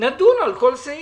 - נדון על כל סעיף.